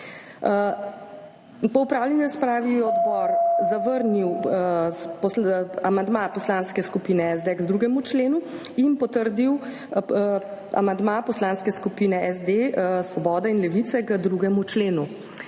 Po opravljeni razpravi je odbor zavrnil amandma Poslanske skupine SDS k 2. členu in potrdil amandma Poslanskih skupin SD, Svoboda in Levica k 2. členu.